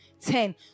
Ten